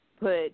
put